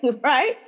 right